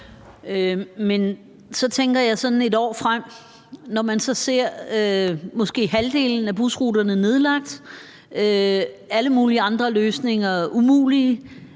Så tænker jeg et år frem. Når man så ser måske halvdelen af busruterne blive nedlagt, og at alle mulige andre løsninger er umulige,